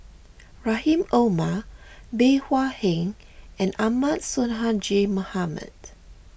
Rahim Omar Bey Hua Heng and Ahmad Sonhadji Mohamad